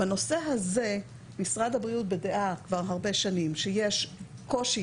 בנושא הזה משרד הבריאות בדעה כבר הרבה שנים שיש קושי